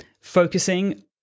focusing